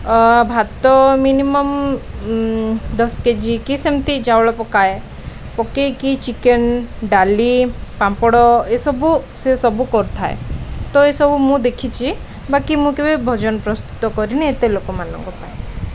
ଭାତ ମିନିମମ୍ ଦଶ କେଜି କି ସେମିତି ଚାଉଳ ପକାଏ ପକେଇକି ଚିକେନ ଡାଲି ପାମ୍ପଡ଼ ଏସବୁ ସେ ସବୁ କରୁଥାଏ ତ ଏସବୁ ମୁଁ ଦେଖିଛି ବାକି ମୁଁ କେବେ ଭୋଜନ ପ୍ରସ୍ତୁତ କରିନି ଏତେ ଲୋକମାନଙ୍କ ପାଇଁ